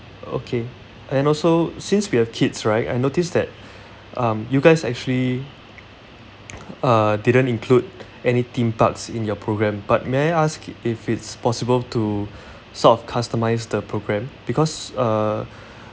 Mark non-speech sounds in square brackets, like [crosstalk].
okay and also since we have kids right I noticed that [breath] um you guys actually uh didn't include any theme parks in your program but may I ask if it's possible to [breath] sort of customise the program because uh [breath]